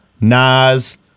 Nas